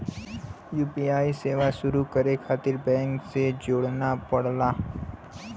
UPI सेवा शुरू करे खातिर बैंक खाता से जोड़ना पड़ला